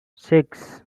six